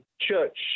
church